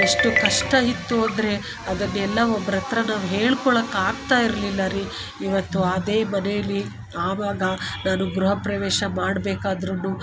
ಎಷ್ಟು ಕಷ್ಟ ಇತ್ತು ಅಂದರೆ ಅದನ್ನೆಲ್ಲ ಒಬ್ರಹತ್ರ ನಾವು ಹೇಳ್ಕೊಳಕ್ಕೆ ಆಗ್ತಾ ಇರಲಿಲ್ಲ ರೀ ಇವತ್ತು ಅದೇ ಮನೆಯಲ್ಲಿ ಆವಾಗ ನಾನು ಗೃಹ ಪ್ರವೇಶ ಮಾಡ ಬೇಕಾದ್ರೂ